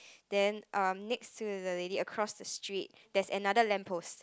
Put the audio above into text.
then um next to the lady across the street there's another lamp post